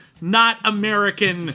not-American